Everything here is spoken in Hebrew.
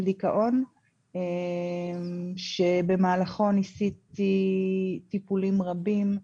דיכאון שבמהלכו ניסיתי טיפולים רבים,